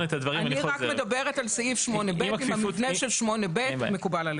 אני רק מדברת על סעיף 8ב אם המבנה של 8ב מקובל עליכם.